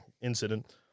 incident